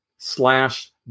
slash